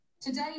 Today